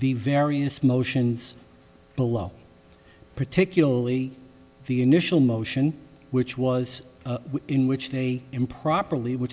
the various motions below particularly the initial motion which was in which they improperly which